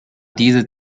diese